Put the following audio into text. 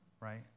right